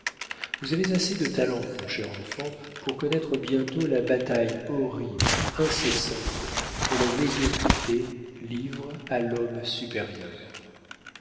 vous avez assez de talent mon cher enfant pour connaître bientôt la bataille horrible incessante que la médiocrité livre à l'homme supérieur